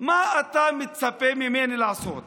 מה אתה מצפה ממני לעשות?